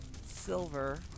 Silver